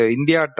India